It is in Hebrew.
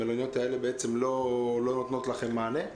המלוניות האלה לא נותנות לכם מענה?